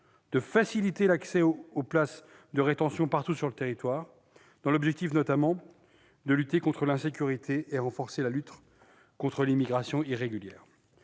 de faciliter l'accès aux places de rétention partout sur le territoire, en vue, notamment, de lutter contre l'insécurité et de renforcer la lutte contre l'immigration irrégulière.